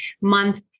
month